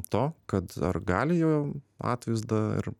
to kad ar gali jo atvaizdą ir